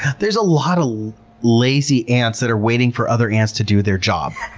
there's a lot of lazy ants that are waiting for other ants to do their job.